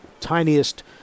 tiniest